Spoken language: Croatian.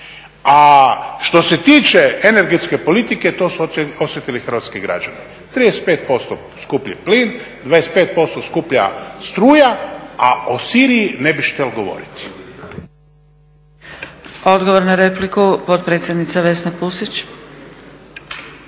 A što se tiče energetske politike, to su osjetili hrvatski građani, 35% skuplji plin, 25% skuplja struja a o Siriji ne bih htio govoriti. **Zgrebec, Dragica (SDP)** Odgovor na repliku potpredsjednica Vesna Pusić.